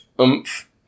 oomph